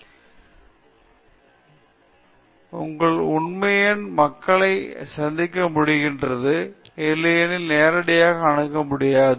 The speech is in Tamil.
பேராசிரியர் பிரதாப் ஹரிதாஸ் நீங்கள் உண்மையில் மக்களை சந்திக்க முடிகிறது இல்லையெனில் நேரடியாக அணுக முடியாது